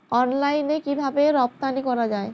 অনলাইনে কিভাবে রপ্তানি করা যায়?